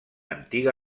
antiga